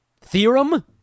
theorem